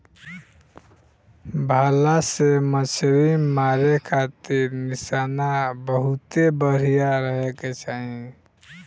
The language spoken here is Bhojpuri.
भला से मछली मारे खातिर निशाना बहुते बढ़िया रहे के चाही